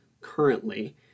currently